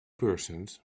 persons